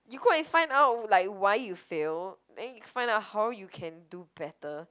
you go and find out like why you fail then you find out how you can do better